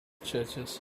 churches